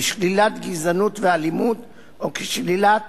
כשלילת גזענות ואלימות או כשלילת